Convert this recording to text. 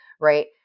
right